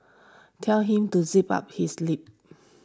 tell him to zip up his lip